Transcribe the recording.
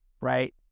Right